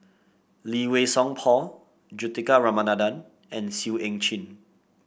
Lee Wei Song Paul Juthika Ramanathan and Seah Eu Chin